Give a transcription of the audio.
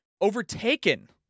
overtaken